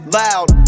loud